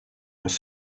was